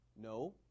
no